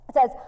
says